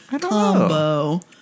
combo